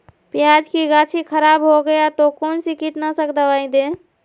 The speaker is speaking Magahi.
प्याज की गाछी खराब हो गया तो कौन सा कीटनाशक दवाएं दे?